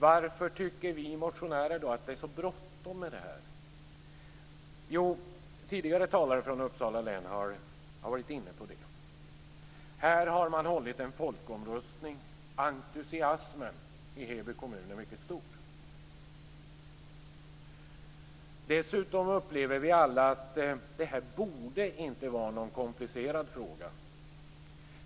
Varför tycker vi motionärer att det är så bråttom med det här? Jo, tidigare talare från Uppsala län har varit inne på det. Här han man hållit en folkomröstning. Entusiasmen i Heby kommun är mycket stor. Dessutom upplever vi alla att det här inte borde vara någon komplicerad fråga.